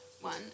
one